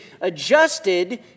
adjusted